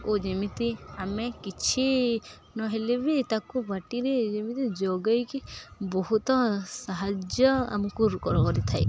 ଓ ଯେମିତି ଆମେ କିଛି ନ ହେଲେ ବି ତାକୁ ବାଟିରେ ଯେମିତି ଯୋଗେଇକି ବହୁତ ସାହାଯ୍ୟ ଆମକୁ ରୋଗର କରିଥାଏ